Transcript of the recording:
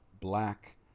black